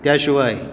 त्या शिवाय